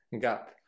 gap